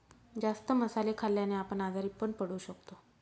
जास्त मसाले खाल्ल्याने आपण आजारी पण पडू शकतो